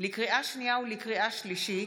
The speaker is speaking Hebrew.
לקריאה שנייה ולקריאה שלישית: